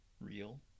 real